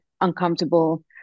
uncomfortable